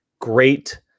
Great